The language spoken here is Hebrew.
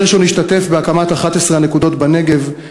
גרשון השתתף בהקמת 11 הנקודות בנגב,